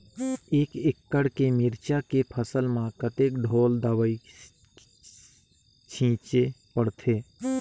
एक एकड़ के मिरचा के फसल म कतेक ढोल दवई छीचे पड़थे?